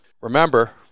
Remember